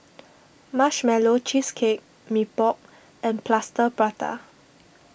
Marshmallow Cheesecake Mee Pok and Plaster Prata